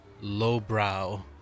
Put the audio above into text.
lowbrow